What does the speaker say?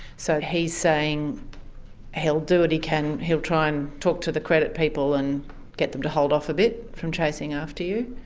so he's saying he'll do what he can, he'll try and talk to the credit people and get them to hold off a bit from chasing after you,